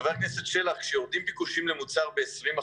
חבר הכנסת שלח, כשביקושים למוצר יורדים ב-20%,